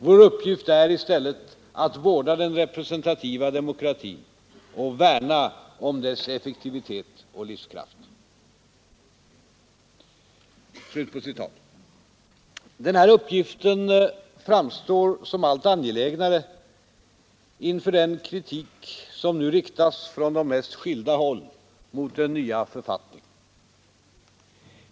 Vär uppgift är i stället att vårda den representativa demokratin och värna om dess effektivitet och livskraft.” Den här uppgiften framstår som allt angelägnare inför den kritik som nu riktas från de mest skilda håll mot den nya författningen.